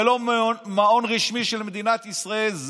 זה לא מעון רשמי של מדינת ישראל,